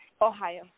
Ohio